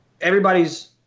everybody's